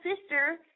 sister